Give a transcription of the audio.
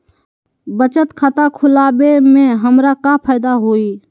बचत खाता खुला वे में हमरा का फायदा हुई?